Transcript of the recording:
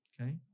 Okay